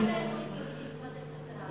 אתה מוכן לקבל מורים ערבים,